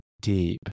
deep